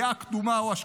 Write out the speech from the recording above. דעה קדומה או השקפה.